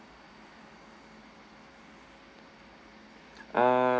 ah